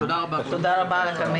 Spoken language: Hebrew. הישיבה ננעלה בשעה 10:47.